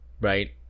Right